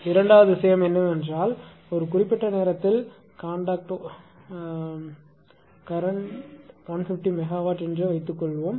இரண்டாவது விஷயம் என்னவென்றால் ஒரு குறிப்பிட்ட நேரத்தில் காண்டாக்ட் 150 மெகாவாட் என்று வைத்துக்கொள்வோம்